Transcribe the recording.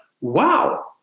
wow